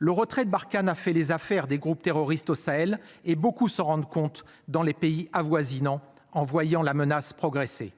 Le retrait de Barkhane a fait les affaires des groupes terroristes au Sahel et beaucoup se rendent compte dans les pays avoisinants en voyant la menace progresser.